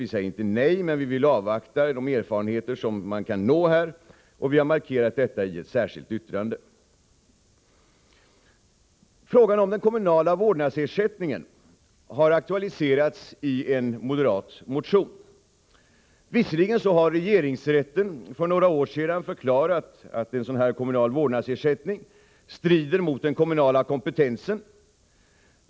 Vi säger inte nej, men vi vill alltså avvakta de erfarenheter som man kan nå, och vi har framhållit detta i ett särskilt yttrande. Frågan om den kommunala vårdnadsersättningen har aktualiserats i en moderat motion. Visserligen har regeringsrätten för några år sedan förklarat att en sådan här kommunal vårdnadsersättning strider mot den kommunala kompetensen.